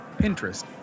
Pinterest